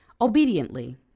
obediently